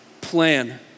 plan